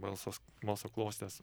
balsas balso klostės